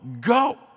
Go